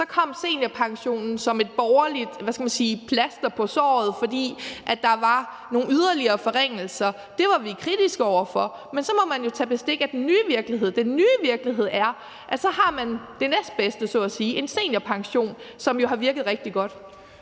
Så kom seniorpensionen som et borgerligt, hvad skal man sige, plaster på såret, fordi der var nogle yderligere forringelser. Det var vi kritiske over for. Men så må man jo tage bestik af den nye virkelighed: Den nye virkelighed er, at så har man så at sige det næstbedste, nemlig en seniorpension, som har virket rigtig godt.